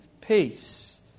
peace